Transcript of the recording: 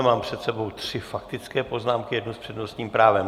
Mám před sebou tři faktické poznámky, jednu s přednostním právem.